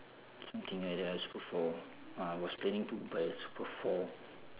something like that ah super four ah I was planning to buy super four